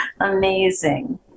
Amazing